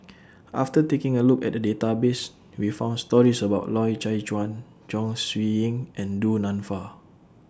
after taking A Look At The Database We found stories about Loy Chye Chuan Chong Siew Ying and Du Nanfa